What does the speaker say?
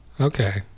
Okay